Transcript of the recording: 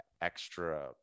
extra